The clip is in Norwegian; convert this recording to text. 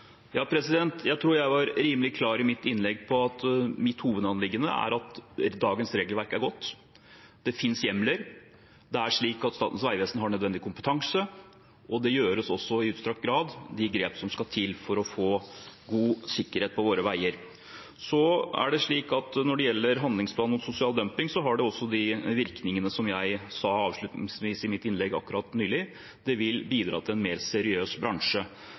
Jeg tror jeg var rimelig klar i mitt innlegg på at mitt hovedanliggende er at dagens regelverk er godt. Det finnes hjemler, Statens vegvesen har nødvendig kompetanse, og det tas også i utstrakt grad de grepene som skal til for å få god sikkerhet på våre veier. Når det gjelder handlingsplanen mot sosial dumping, har det også de virkningene som jeg sa avslutningsvis i mitt innlegg akkurat: Det vil bidra til en mer seriøs bransje.